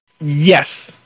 Yes